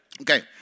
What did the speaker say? Okay